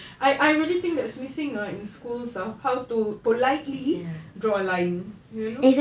I I really think that's missing ah in schools ah how to politely draw line you know